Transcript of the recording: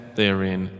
therein